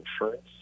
insurance